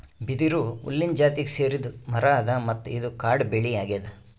ಬಿದಿರು ಹುಲ್ಲಿನ್ ಜಾತಿಗ್ ಸೇರಿದ್ ಮರಾ ಅದಾ ಮತ್ತ್ ಇದು ಕಾಡ್ ಬೆಳಿ ಅಗ್ಯಾದ್